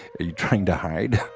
you trying to hide?